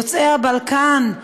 יוצאי הבלקן,